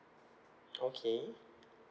okay